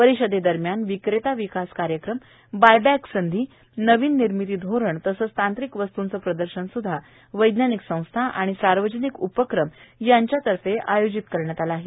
परिषदेदरम्यान विक्रेता विकास कार्यक्रम बायबॅक संधी नवीन निर्मिती धोरण तसेच तांत्रिक वस्तूचे प्रदर्शन सुद्धा वैज्ञानिक संस्था तसेच सार्वजनिक उपक्रम यांच्यातर्फे आयोजित करण्यात आले आहे